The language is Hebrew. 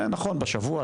זה נכון בשבוע,